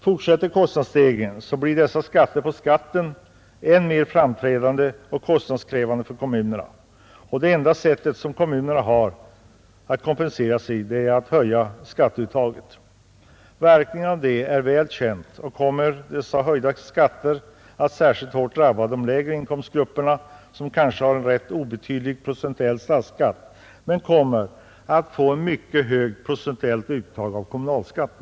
Fortsätter kostnadsstegringen blir dessa skatter på skatten än mer framträdande och kostnadskrävande för kommunerna, Det enda sätt kommunerna har att kompensera sig är att höja skatteuttaget. Verkningarna av det är väl kända. Dessa höjda skatter kommer att särskilt hårt drabba de lägre inkomstgrupperna, vilka kanske har en rätt obetydlig statsskatt men alltså får en mycket hög kommunalskatt.